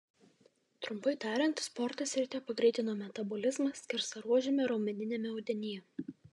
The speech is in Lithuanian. trumpai tariant sportas ryte pagreitino metabolizmą skersaruožiame raumeniniame audinyje